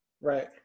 Right